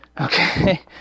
Okay